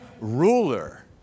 ruler